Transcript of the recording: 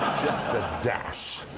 just a dash.